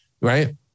right